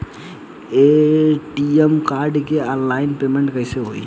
ATM card से online payment कैसे होई?